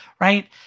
right